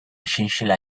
chinchilla